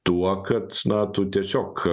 tuo kad na tu tiesiog